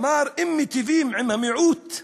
הוא אמר: אם מיטיבים עם המיעוט,